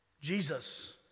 Jesus